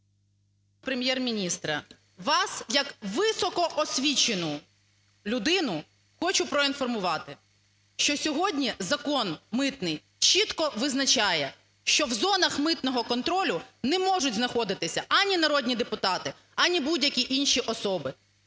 …Прем’єр-міністра. Вас як високоосвічену людину хочу проінформувати, що сьогодні закон митний чітко визначає, що в зонах митного контролю не можуть знаходитися ані народні депутати, ані будь-які інші особи.